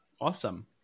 Awesome